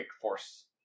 force